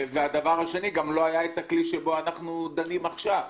ובנוסף, לא השתמשנו בכלי שעליו אנחנו דנים עכשיו,